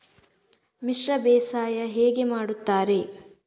ಮಿಶ್ರ ಬೇಸಾಯ ಹೇಗೆ ಮಾಡುತ್ತಾರೆ?